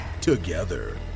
Together